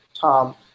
Tom